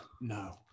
No